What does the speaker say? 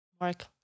Mark